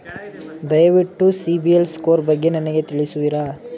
ದಯವಿಟ್ಟು ಸಿಬಿಲ್ ಸ್ಕೋರ್ ಬಗ್ಗೆ ನನಗೆ ತಿಳಿಸುವಿರಾ?